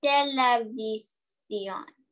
Televisión